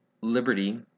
Liberty